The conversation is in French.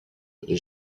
les